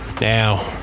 now